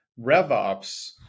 RevOps